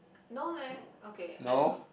no leh okay I don't know